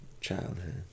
childhood